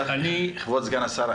כבוד סגן השר,